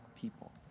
people